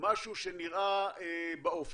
משהו שנראה באופק.